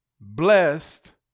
blessed